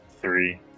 Three